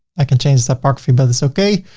i can change the typography but it is okay.